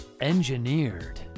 Engineered